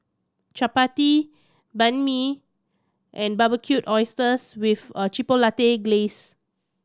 Chapati Banh Mi and Barbecued Oysters with a Chipotle Glaze